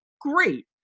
Great